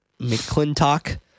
McClintock